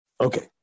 okay